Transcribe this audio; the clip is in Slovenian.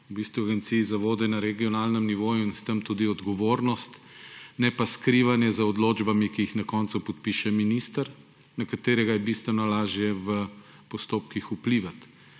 v bistvu Agenciji za vode na regionalnem nivoju in s tem tudi odgovornost, ne pa skrivanje za odločbami, ki jih na koncu podpiše minister, na katerega je bistveno lažje v postopkih vplivati.